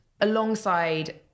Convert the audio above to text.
alongside